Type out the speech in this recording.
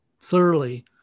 thoroughly